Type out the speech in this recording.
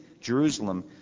Jerusalem